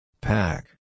Pack